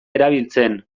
erabiltzen